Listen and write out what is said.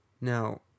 Now